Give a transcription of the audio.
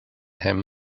him